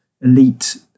elite